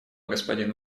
господин